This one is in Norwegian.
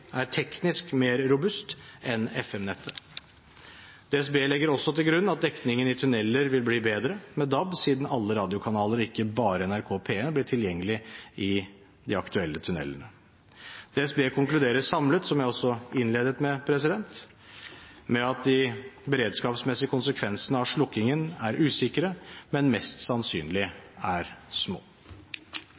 er teknisk mer robust enn FM-nettet. DSB legger også til grunn at dekningen i tunneler vil bli bedre med DAB siden alle radiokanaler, og ikke bare NRK P1, blir tilgjengelig i de aktuelle tunnelene. DSB konkluderer samlet, som jeg også innledet med, med at de beredskapsmessige konsekvensene av slukkingen er usikre, men mest sannsynlig små.